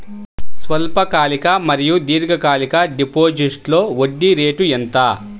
స్వల్పకాలిక మరియు దీర్ఘకాలిక డిపోజిట్స్లో వడ్డీ రేటు ఎంత?